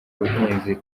buhinzi